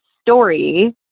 story